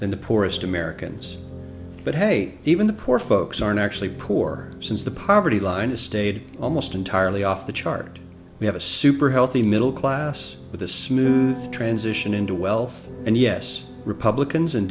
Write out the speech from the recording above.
than the poorest americans but hey even the poor folks aren't actually poor since the poverty line has stayed almost entirely off the chart we have a super healthy middle class with a smooth transition into wealth and yes republicans and